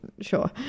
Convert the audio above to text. sure